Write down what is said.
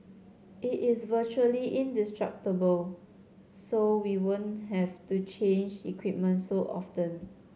it is virtually indestructible so we won't have to change equipment so often